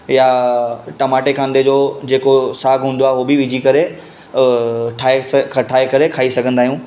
या टमाटे कांदे जो जेको साॻु हूंदो आहे हू बि विझी करे ठाहे ठाहे करे खाई सघंदा आहियूं